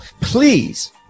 please